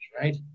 right